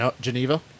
Geneva